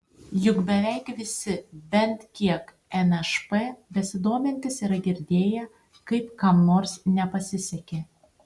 juk beveik visi bent kiek nšp besidomintys yra girdėję kaip kam nors nepasisekė